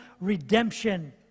redemption